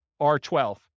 R12